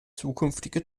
zukünftige